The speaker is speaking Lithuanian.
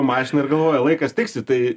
mašiną ir galvoja laikas tiksi tai